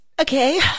Okay